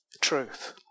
Truth